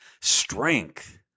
strength